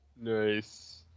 nice